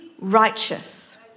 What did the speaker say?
righteous